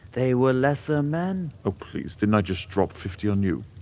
they were lesser men. oh, please. didn't i just drop fifty on you?